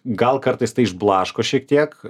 gal kartais tai išblaško šiek tiek